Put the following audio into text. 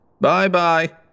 Bye-bye